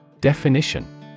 Definition